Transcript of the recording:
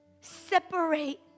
separate